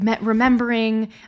remembering